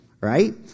right